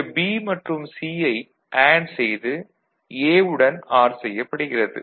இங்கு B மற்றும் C யை அண்டு செய்து A வுடன் ஆர் செய்யப்படுகிறது